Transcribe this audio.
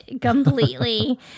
completely